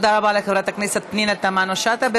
תודה רבה לחברת הכנסת פנינה תמנו-שטה.